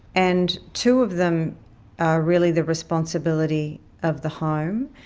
and two of them are really the responsibility of the home,